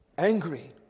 angry